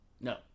No